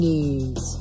News